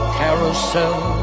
carousel